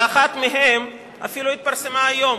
ואחת מהן אפילו התפרסמה היום.